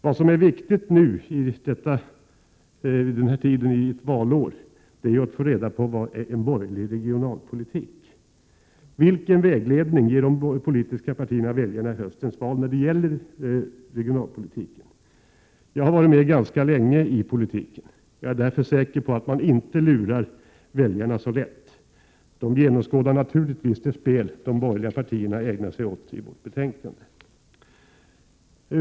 Det viktiga när det är valår är att få reda på vad den borgerliga regionalpolitiken innebär. Vilken vägledning ger de politiska partierna väljarna i höstens val när det gäller regionalpolitiken? Jag har varit med ganska länge i politiken, och jag är därför säker på att man inte lurar väljarna så lätt. De genomskådar naturligtvis det spel de borgerliga partierna ägnat sig åt i vårt betänkande.